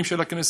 הפנים של הכנסת,